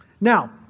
Now